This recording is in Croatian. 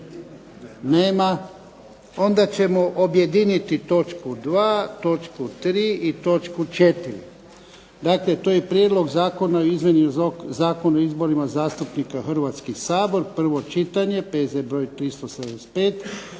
Nema. Onda ćemo objediniti točku 2., točku 3. i točku 4. 2. Prijedlog zakona o izmjenama Zakona o izborima zastupnika u Hrvatski sabor, prvo čitanje, P.Z. br. 375,